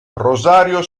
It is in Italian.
rosario